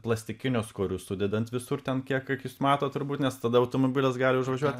plastikinius kurių sudedant visur ten kiek akis mato turbūt nes tada automobilis gali užvažiuot